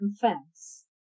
confess